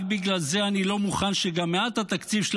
רק בגלל זה אני לא מוכן שגם מעט התקציב של